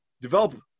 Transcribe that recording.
develop